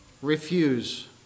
Refuse